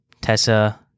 Tessa